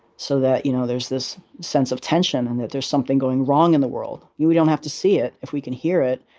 so that you know there's this sense of tension, and that there's something going wrong in the world. we don't have to see it. if we can hear it,